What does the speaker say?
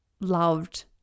loved